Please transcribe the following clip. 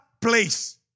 place